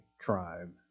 tribe